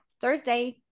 Thursday